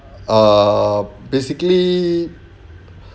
err basically